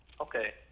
Okay